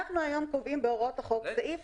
אנחנו היום קובעים היום בהוראות החוק סעיף